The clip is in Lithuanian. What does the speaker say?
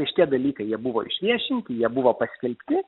ir šitie dalykai jie buvo išviešinti jie buvo paskelbti